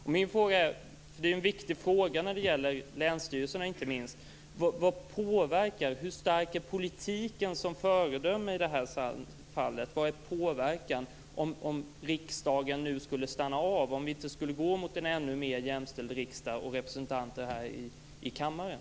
En viktig fråga inte minst när det gäller länsstyrelserna är hur viktig politiken är som föredöme. Vilken påverkan skulle det få om utvecklingen i riksdagen skulle stanna av och vi inte skulle gå mot en ännu mer jämställd riksdag och representation här i kammaren?